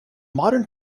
modern